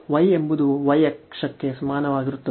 y ಎಂಬುದು y ಅಕ್ಷಕ್ಕೆ ಸಮಾನವಾಗಿರುತ್ತದೆ